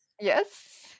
Yes